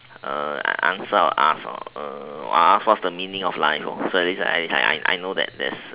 err I answer I ask for err I ask what's the meaning of life so at least I I know that there is